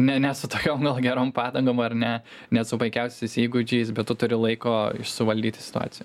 ne ne su tokiom gal gerom padangom ar ne net su puikiausiais įgūdžiais bet tu turi laiko iš suvaldyti situaciją